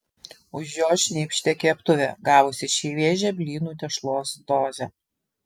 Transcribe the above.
už jo šnypštė keptuvė gavusi šviežią blynų tešlos dozę